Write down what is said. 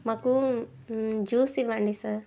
మాకు జ్యూస్ ఇవ్వండి సార్